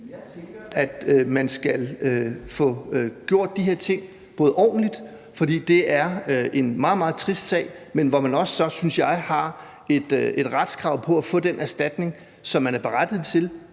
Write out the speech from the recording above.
Jeg tænker, at man skal få gjort de her ting ordentligt, for det er en meget, meget trist sag. Man har et retskrav på at få den erstatning, som man er berettiget til,